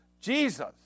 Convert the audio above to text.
Jesus